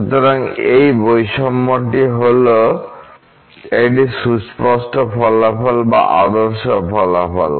সুতরাং এই বৈষম্য হল একটি সুস্পষ্ট ফলাফল বা আদর্শ ফলাফল